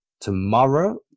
tomorrow